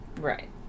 Right